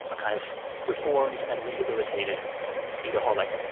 a kind of reformed and rehabilitated speed-aholic.